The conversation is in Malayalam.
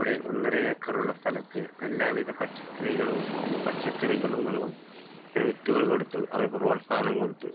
അവിടെ ഒന്നര ഏക്കറുള്ള സ്ഥലത്ത് എല്ലാവിധ പച്ചക്കറികളും പച്ചക്കറികളും വിത്തുകൾ കൊടുത്തു അവർക്കു പ്രോത്സാഹനം കൊടുത്തു